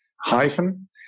Hyphen